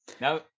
now